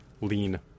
lean